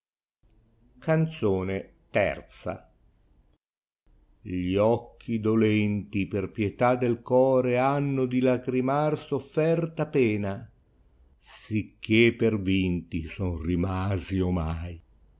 canzone i gli occhi dolenti per pietà del core hanno di lagrimar sofferta pena sicché per vinti son rimasi omai